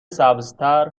سبزتر